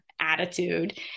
attitude